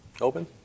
Open